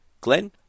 Glenn